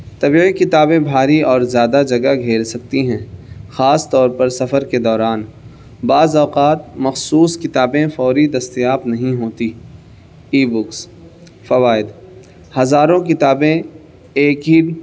طبعی کتابیں بھاری اور زیادہ جگہ گھیر سکتی ہیں خاص طور پر سفر کے دوران بعض اوقات مخصوص کتابیں فوری دستیاب نہیں ہوتی ای بکس فوائد ہزاروں کتابیں ایک ہی